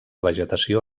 vegetació